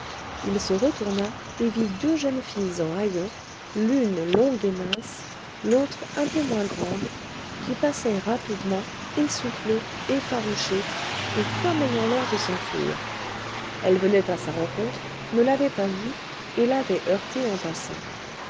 il se retourna et vit deux jeunes filles en haillons l'une longue et mince l'autre un peu moins grande qui passaient rapidement essoufflées effarouchées et comme ayant l'air de s'enfuir elles venaient à sa rencontre ne l'avaient pas vu et l'avaient heurté en passant